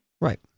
right